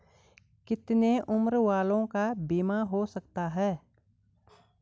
कितने उम्र वालों का बीमा हो सकता है?